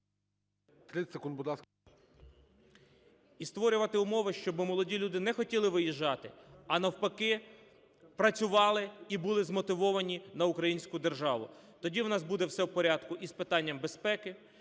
І створювати умови, щоб молоді люди не хотіли виїжджати, а навпаки працювали і були змотивовані на українську державу. Тоді у нас буде все в порядку і з питанням безпеки,